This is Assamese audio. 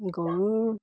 গৰুৰ